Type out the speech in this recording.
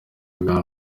bwa